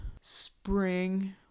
spring